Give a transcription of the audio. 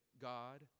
God